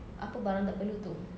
apa barang tak perlu itu